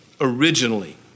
originally